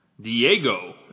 Diego